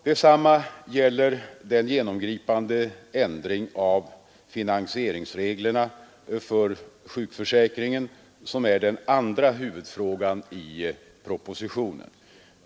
Detsamma gäller den genomgripande ändring av finansieringsreglerna för sjukförsäkringen som är den andra huvudfrågan i propositionen.